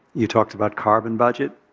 you talked about carbon budget.